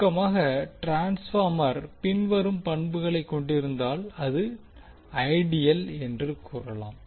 சுருக்கமாகட்ரான்ஸ்பார்மர் பின்வரும் பண்புகளைக் கொண்டிருந்தால் அது ஐடியல் என்று கூறலாம்